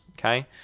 okay